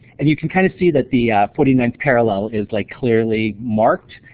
and you can kind of see that the forty ninth parallel is like clearly marked,